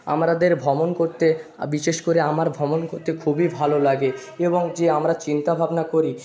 আমরাদের ভ্রমণ করতে বিশেষ করে আমার ভ্রমণ করতে খুবই ভালো লাগে এবং যে আমরা চিন্তা ভাবনা করি